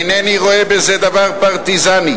אינני רואה בזה דבר פרטיזני.